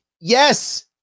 Yes